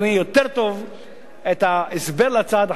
יותר טוב את ההסבר להצעת החוק,